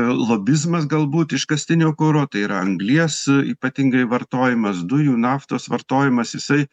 lobizmas galbūt iškastinio kuro tai yra anglies ypatingai vartojimas dujų naftos vartojimas jisai